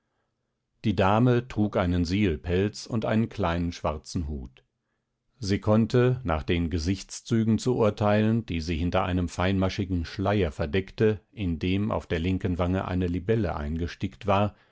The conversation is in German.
die dame trug einen sealpelz und einen kleinen schwarzen hut sie konnte nach den gesichtszügen zu urteilen die sie hinter einem feinmaschigen schleier verdeckte in dem auf der linken wange eine libelle eingestickt war